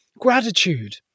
gratitude